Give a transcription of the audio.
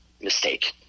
mistake